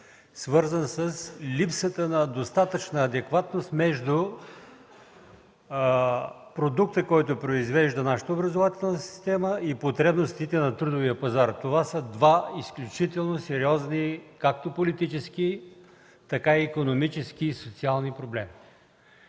свързан с липсата на достатъчна адекватност между продукта, който произвежда образователната ни система, и потребностите на нашия трудов пазар. Това са два изключително сериозни както политически, така и икономически и социални проблема.